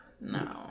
no